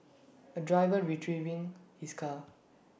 A driver retrieving his car